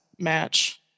match